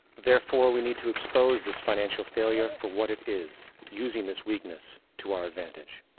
therefore, we need to expose this financial failure for what it is, using this weakness to our advantage.